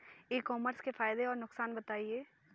ई commerce के फायदे और नुकसान बताएँ?